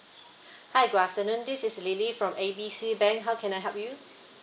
hi good afternoon this is lily from A B C bank how can I help you